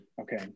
Okay